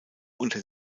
unter